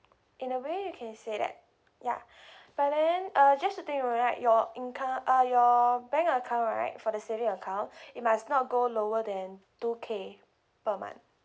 in a way you can say that ya but then uh just to take note right your income uh your bank account right for the saving account it must not go lower than two K per month